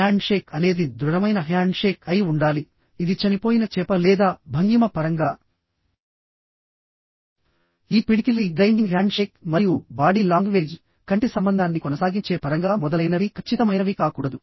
handshake అనేది దృఢమైన handshake అయి ఉండాలి ఇది చనిపోయిన చేప లేదా భంగిమ పరంగా ఈ పిడికిలి గ్రైండింగ్ హ్యాండ్షేక్ మరియు బాడీ లాంగ్వేజ్ కంటి సంబంధాన్ని కొనసాగించే పరంగా మొదలైనవి ఖచ్చితమైనవి కాకూడదు